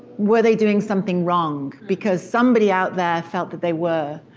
were they doing something wrong, because somebody out there felt that they were.